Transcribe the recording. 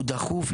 הוא דחוף.